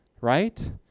right